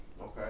Okay